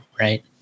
right